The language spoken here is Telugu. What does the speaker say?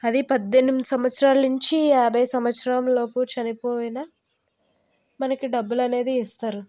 అది పద్దెనిమిది సంవత్సరాలనించి యాభై సంవత్సరంలోపు చనిపోయిన మనకు డబ్బులు అనేది ఇస్తారు